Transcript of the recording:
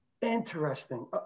Interesting